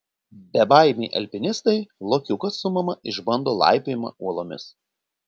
bebaimiai alpinistai lokiukas su mama išbando laipiojimą uolomis